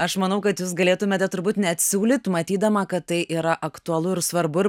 aš manau kad jūs galėtumėt turbūt net siūlyt matydama kad tai yra aktualu ir svarbu